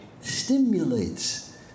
stimulates